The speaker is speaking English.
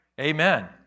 Amen